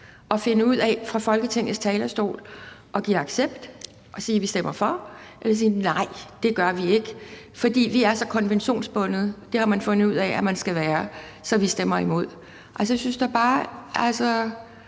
at finde ud af på Folketingets talerstol, om man vil give accept og sige, at man stemmer for, eller om man siger: Nej, det gør vi ikke, for vi er så konventionsbundne, og det har vi fundet ud af at vi skal være, at vi stemmer imod? Og faktisk synes jeg ikke, det